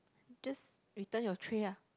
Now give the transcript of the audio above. just return your tray ah